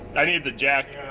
i need the jack.